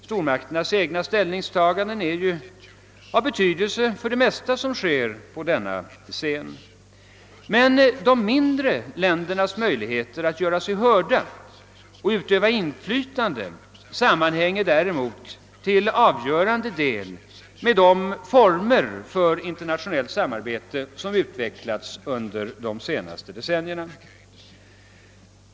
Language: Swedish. Stormakternas egna ställningstaganden är av betydelse för det mesta som sker på denna scen, men de mindre ländernas möjligheter att göra sig hörda och utöva inflytande sammanhänger däremot till avgörande del med de former av internationellt samarbete som utvecklats under de senaste decennierna.